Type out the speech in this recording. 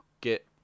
get